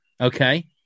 okay